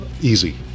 easy